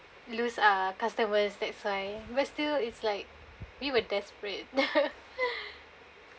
lose ah customers that's why but still it's like we were desperate